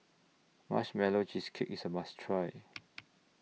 Marshmallow Cheesecake IS A must Try